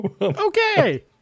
okay